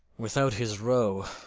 without his roe,